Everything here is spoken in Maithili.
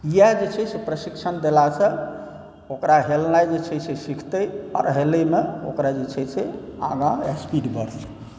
इएह जे छै से प्रशिक्षण देलासँ ओकरा हेलनाइ जे छै से सिखतै और हेलैमे ओकरा जे छै से आगाँ स्पीड बढ़तै